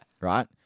Right